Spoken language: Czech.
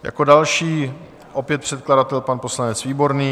Jako další opět předkladatel pan poslanec Výborný.